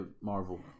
Marvel